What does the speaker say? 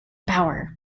power